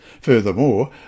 Furthermore